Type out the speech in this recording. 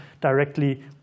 directly